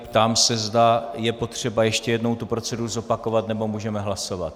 Ptám se, zda je potřeba ještě jednou tu proceduru zopakovat, nebo můžeme hlasovat.